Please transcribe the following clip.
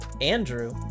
Andrew